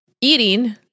eating